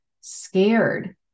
scared